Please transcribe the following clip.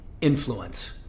influence